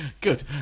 good